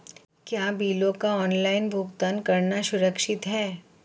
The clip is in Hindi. क्या बिलों का ऑनलाइन भुगतान करना सुरक्षित है?